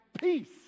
peace